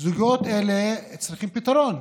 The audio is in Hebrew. זוגות אלה צריכים פתרון.